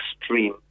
extreme